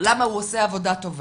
למה הוא עושה עבודה טובה.